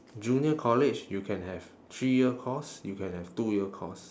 junior college you can have three year course you can have two year course